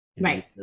Right